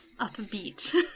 upbeat